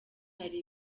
hari